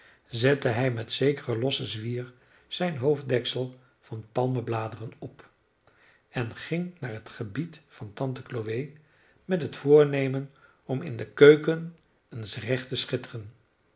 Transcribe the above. zette hij met zekeren lossen zwier zijn hoofddeksel van palmbladeren op en ging naar het gebied van tante chloe met het voornemen om in de keuken eens recht te schitteren